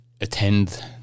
attend